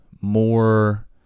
more